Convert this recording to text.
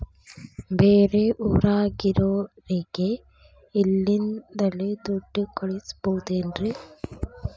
ಬೇರೆ ಊರಾಗಿರೋರಿಗೆ ಇಲ್ಲಿಂದಲೇ ದುಡ್ಡು ಕಳಿಸ್ಬೋದೇನ್ರಿ?